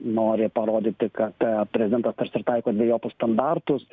nori parodyti kad prezidentas tarsi ir taiko dvejopus standartus